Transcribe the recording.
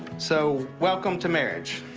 so welcome to marriage!